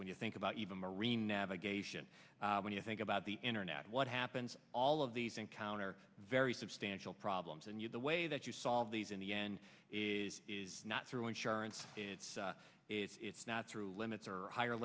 when you think about even marine navigation when you think about the internet what happens all of these encounter very substantial problems and you the way that you solve these in the end is not through insurance it's it's not through limits or higher